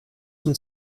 dem